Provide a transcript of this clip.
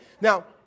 Now